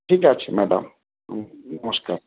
ঠিক আছে ম্যাডাম নমস্কার